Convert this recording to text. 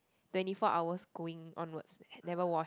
twenty four hours going onwards never wash